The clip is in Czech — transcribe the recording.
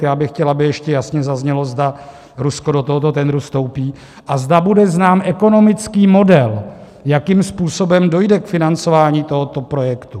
Já bych chtěl, aby ještě zaznělo, zda Rusko do tohoto tendru vstoupí a zda bude znám ekonomický model, jakým způsobem dojde k financování tohoto projektu.